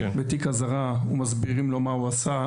בתיק אזהרה מסבירים לו מה הוא עשה,